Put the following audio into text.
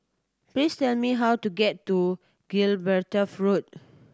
please tell me how to get to Gibraltar Road